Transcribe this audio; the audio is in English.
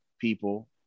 people